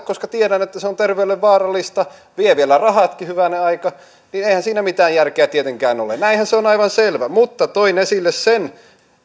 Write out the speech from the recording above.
koska tiedän että se on terveydelle vaarallista vie vielä rahatkin hyvänen aika niin eihän siinä mitään järkeä tietenkään ole näinhän se on aivan selvä mutta toin esille sen